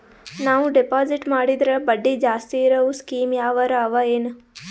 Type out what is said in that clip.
ನಾವು ಡೆಪಾಜಿಟ್ ಮಾಡಿದರ ಬಡ್ಡಿ ಜಾಸ್ತಿ ಇರವು ಸ್ಕೀಮ ಯಾವಾರ ಅವ ಏನ?